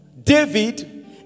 David